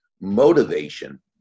motivation